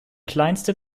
kleinste